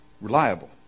reliable